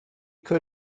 could